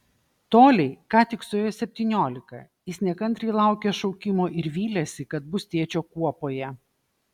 toliai ką tik suėjo septyniolika jis nekantriai laukė šaukimo ir vylėsi kad bus tėčio kuopoje